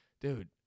dude